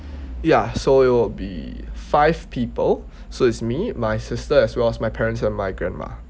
ya so it will be five people so it's me my sister as well as my parents and my grandma